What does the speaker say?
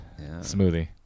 Smoothie